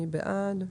מי בעד?